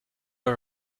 all